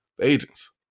agents